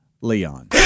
Leon